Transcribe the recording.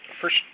First